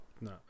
No